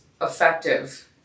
effective